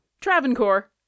Travancore